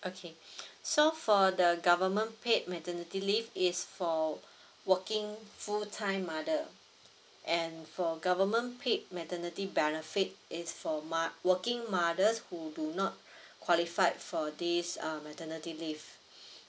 okay so for the government paid maternity leave is for working full time mother and for government paid maternity benefit it's for mot~ working mothers who do not qualified for this uh maternity leave